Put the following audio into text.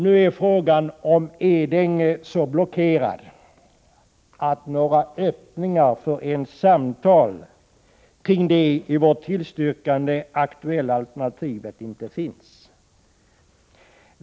Nu är frågan om Edänge så blockerad att några öppningar ens för samtal kring det i vårt tillstyrkande aktuella alternativet inte finns.